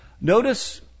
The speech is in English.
Notice